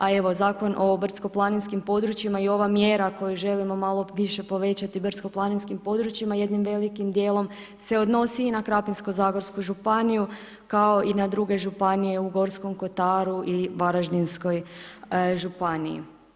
A evo Zakon o brdsko-planinskim područjima i ova mjera koju želimo malo više povećati brdsko-planinskih područjima jednim velikim dijelom se odnosi i na Krapinsko-zagorsku županiju, kao i na druge županije u Gorskom Kotaru i Varaždinskoj Županji.